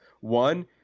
One